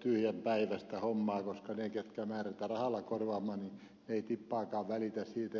tyhjänpäiväistä hommaa koska ne jotka määrätään rahalla korvaamaan eivät tippaakaan välitä siitä